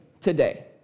today